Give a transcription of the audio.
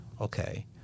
okay